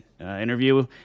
interview